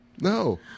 No